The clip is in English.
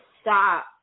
stop